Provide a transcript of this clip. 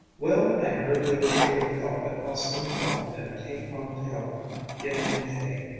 well, i heard they were short of help at austin farm and i came on to help get in the hay,